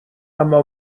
اما